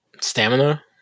Stamina